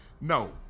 No